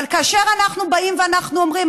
אבל כאשר אנחנו באים ואנחנו אומרים,